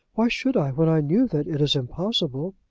why should i, when i knew that it is impossible?